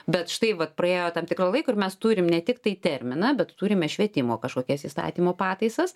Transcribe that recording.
bet štai vat praėjo tam tikro laiko ir mes turim ne tik tai terminą bet turime švietimo kažkokias įstatymo pataisas